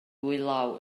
law